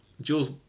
Jules